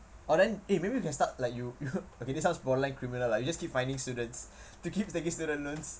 orh then eh maybe you can start like you y~ okay this sounds borderline criminal lah you just keep finding students to keep taking student loans